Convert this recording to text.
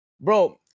Bro